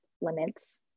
limits